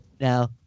Now